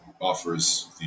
offers